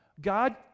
God